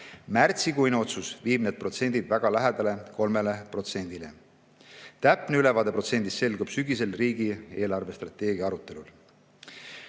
Märtsikuine otsus viib need protsendid väga lähedale 3%‑le. Täpne ülevaade protsendist selgub sügisel riigi eelarvestrateegia arutelul.